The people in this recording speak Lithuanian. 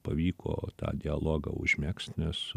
pavyko tą dialogą užmegzt nes